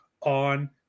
on